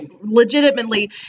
legitimately